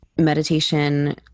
meditation